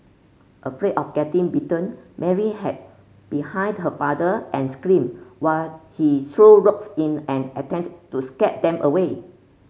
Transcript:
afraid of getting bitten Mary hid behind her father and screamed while he threw rocks in an attempt to scare them away